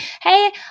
hey